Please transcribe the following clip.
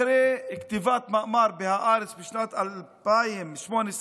אחרי כתיבת מאמר בהארץ בשנת 2018,